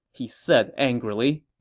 he said angrily.